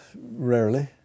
rarely